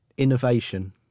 Innovation